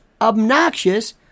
obnoxious